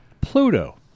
Pluto